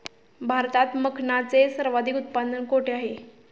भारतात मखनाचे सर्वाधिक उत्पादन कोठे होते?